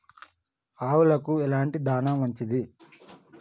ఆవులకు ఎలాంటి దాణా మంచిది?